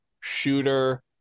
shooter